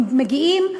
הם מגיעים,